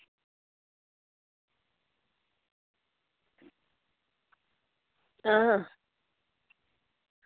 आं